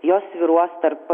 jos svyruos tarp